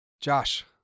Josh